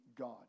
God